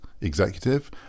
executive